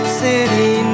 city